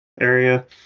area